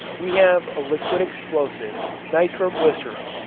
we have a liquid explosive, nitroglycerin,